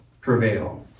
prevail